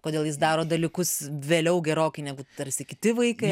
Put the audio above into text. kodėl jis daro dalykus vėliau gerokai negu tarsi kiti vaikai